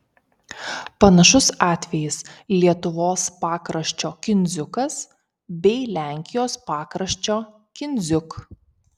panašus atvejis lietuvos pakraščio kindziukas bei lenkijos pakraščio kindziuk